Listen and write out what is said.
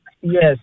Yes